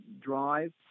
drive